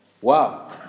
Wow